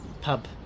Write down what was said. pub